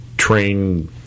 Train